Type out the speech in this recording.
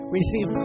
receive